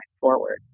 forward